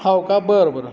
हो का बरं बरं